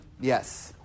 Yes